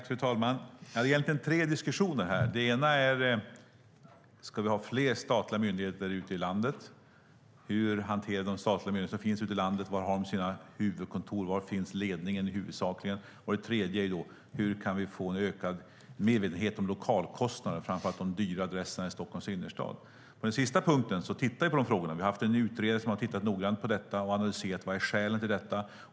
Fru talman! Det förs egentligen tre diskussioner här. En gäller om det ska vara fler statliga myndigheter ute i landet. Den andra gäller hur vi ska hantera de statliga myndigheterna som finns ute i landet, var de har sina huvudkontor och var ledningen huvudsakligen finns. Den tredje gäller hur vi kan få en ökad medvetenhet om lokalkostnaderna, framför allt för de dyra adresserna i Stockholms innerstad. På den sista punkten har en utredare noggrant tittat på frågorna och analyserat skälen.